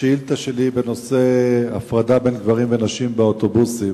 השאילתא שלי היא בנושא הפרדה בין גברים ונשים באוטובוסים,